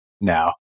now